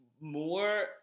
more